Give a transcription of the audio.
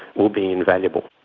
will be invaluable.